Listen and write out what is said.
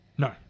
No